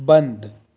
بند